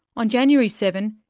on january seven,